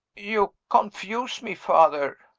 you confuse me, father!